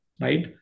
right